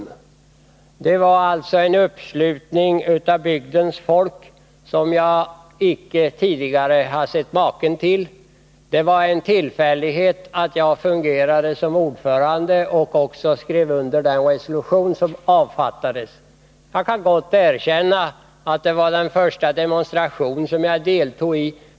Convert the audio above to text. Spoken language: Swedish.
Det var en uppslutning av bygdens folk som jag icke sett maken till. Jag fungerade av en tillfällighet som ordförande, och jag skrev också under den resolution som avfattades. Jag kan gott erkänna att det var den första demonstration som jag deltog i.